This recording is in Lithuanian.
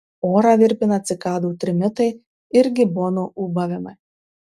orą virpina cikadų trimitai ir gibonų ūbavimai